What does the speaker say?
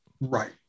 right